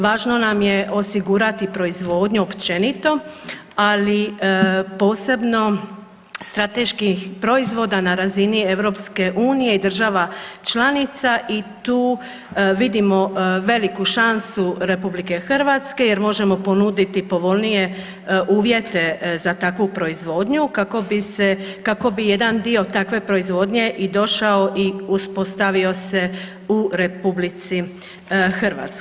Važno nam je osigurati proizvodnju općenito, ali posebno strateških proizvoda na razini EU i država članica i tu vidimo veliku šansu RH jer možemo ponuditi povoljnije uvjete za takvu proizvodnju kako bi jedan dio takve proizvodnje i došao i uspostavio se u RH.